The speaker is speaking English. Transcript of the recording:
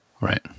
Right